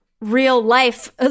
real-life